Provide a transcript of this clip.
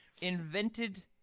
invented